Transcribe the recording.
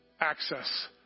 access